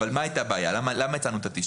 מה הייתה הבעיה בגללה הצענו את ה-90?